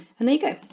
and there you go,